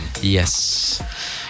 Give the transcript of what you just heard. Yes